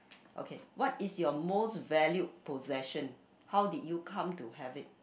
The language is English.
okay what is your most valued possession how did you come to have it